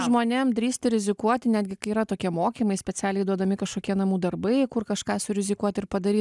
žmonėm drįsti rizikuoti netgi kai yra tokie mokymai specialiai duodami kažkokie namų darbai kur kažką surizikuot ir padaryt